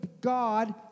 God